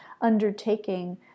undertaking